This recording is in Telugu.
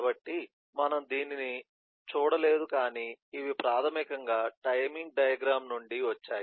కాబట్టి మనము దీనిని చూడలేదు కాని ఇవి ప్రాథమికంగా టైమింగ్ డయాగ్రమ్ నుండి వచ్చాయి